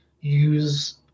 use